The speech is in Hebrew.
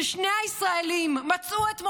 ששני הישראלים מצאו את מותם,